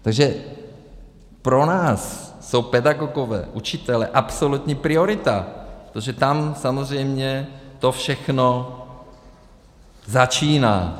Takže pro nás jsou pedagogové, učitelé absolutní priorita, protože tam samozřejmě to všechno začíná.